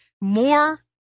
more